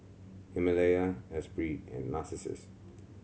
Himalaya Espirit and Narcissus